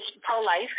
pro-life